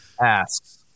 asks